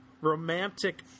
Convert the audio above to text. romantic